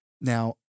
Now